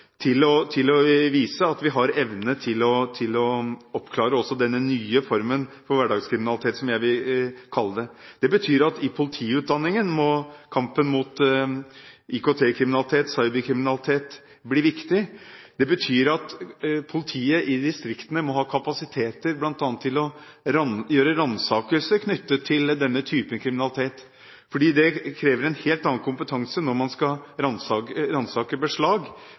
vise at de har evne til å oppklare også denne nye formen for hverdagskriminalitet, som jeg vil kalle det. Det betyr at i politiutdanningen må kampen mot IKT-kriminalitet, cyberkriminalitet, bli viktig. Det betyr at politiet i distriktene må ha kapasitet til ransakelser knyttet til denne typen kriminalitet, for det krever en helt annen kompetanse når man skal